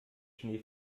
schnee